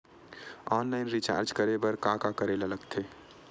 Online recharge करे बर का का करे ल लगथे?